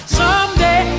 someday